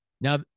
now